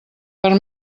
per